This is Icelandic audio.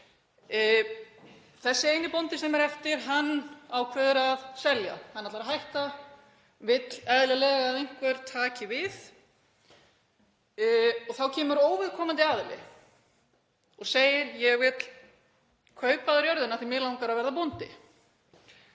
Þessi eini bóndi sem er eftir ákveður að selja, hann ætlar að hætta, vill eðlilega að einhver taki við. Þá kemur óviðkomandi aðili og segir: Ég vil kaupa af þér jörðina af því að mig langar að verða bóndi.